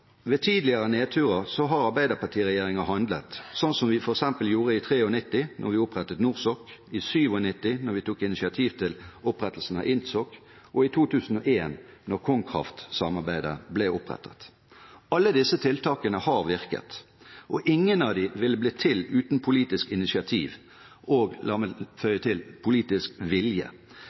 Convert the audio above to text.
Ved tidligere nedturer har arbeiderpartiregjeringer handlet, som vi f.eks. gjorde i 1993, da vi opprettet NORSOK, i 1997, da vi tok initiativ til opprettelsen av INTSOK, og i 2001, da KonKraft-samarbeidet ble opprettet. Alle disse tiltakene har virket, og ingen av dem ville blitt til uten politisk initiativ og – la meg føye til – politisk vilje.